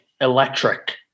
electric